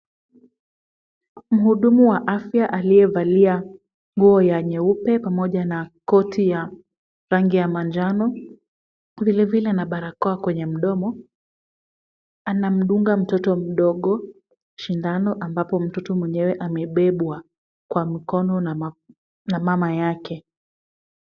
Mhudumu wa afya aliyevalia nguo ya nyeupe pamoja na koti ya rangi ya manjano, vile vila na barakoa kwenye mdomo, anamdunga mtoto mdogo sindano ambapo mtoto mwenyewe amebebwa kwa mkono na mama yake.